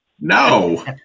No